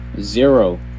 zero